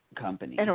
company